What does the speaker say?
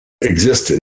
existed